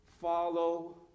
follow